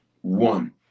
One